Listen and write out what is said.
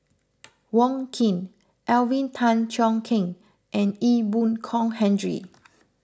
Wong Keen Alvin Tan Cheong Kheng and Ee Boon Kong Henry